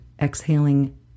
exhaling